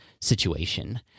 situation